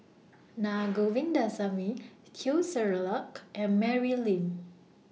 Na Govindasamy Teo Ser Luck and Mary Lim